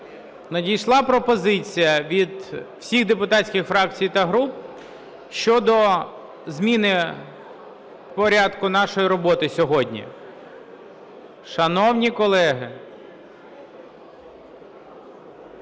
надійшла пропозиція від всіх депутатських фракцій та груп щодо зміни порядку нашої роботи сьогодні. Шановні колеги,